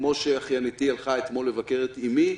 כמו שאחייניתי הלכה אתמול לבקר את אימי.